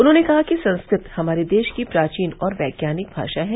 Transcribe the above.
उन्होंने कहा कि संस्कृत हमारे देश की प्राचीन और वैज्ञानिक भाषा है